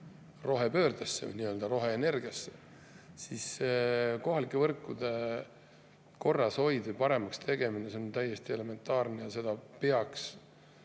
rohepöördesse või nii-öelda roheenergiasse, siis kohalike võrkude korrashoid ja paremaks tegemine oleks täiesti elementaarne. Seda peaks